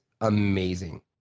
amazing